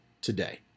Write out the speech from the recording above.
today